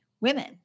women